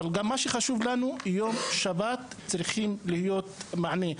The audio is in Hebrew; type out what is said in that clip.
אבל גם מה שחשוב לנו יום שבת צריך להיות מענה,